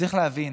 צריך להבין,